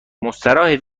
مستراحه